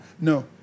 No